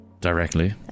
Directly